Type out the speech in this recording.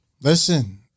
listen